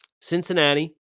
Cincinnati